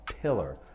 pillar